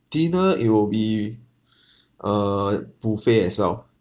dinner it will be err buffet as well